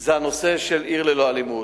זה הנושא של "עיר ללא אלימות".